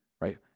right